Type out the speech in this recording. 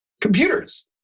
computers